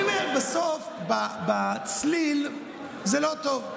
אני אומר, בסוף, בצליל, זה לא טוב.